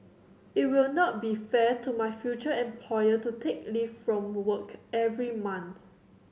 it will not be fair to my future employer to take leave from work every month